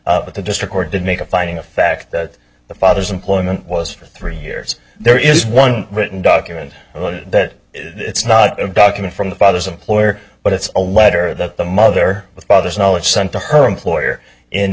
document but the district court did make a finding of fact that the father's employment was for three years there is one written document that it's not a document from the father's employer but it's a letter that the mother with father's knowledge sent to her employer in